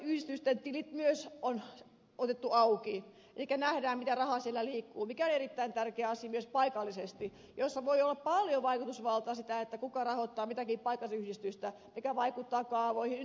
toinen näistä on se että paikallisyhdistysten tilit myös on otettu auki elikkä nähdään mitä rahaa siellä liikkuu mikä on erittäin tärkeä asia myös paikallisesti paikallisesti voi olla paljon vaikutusvaltaa että kuka rahoittaa mitäkin paikallisyhdistystä mikä vaikuttaa kaavoihin ynnä muuta